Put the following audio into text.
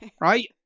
right